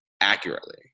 accurately